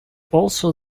also